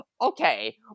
okay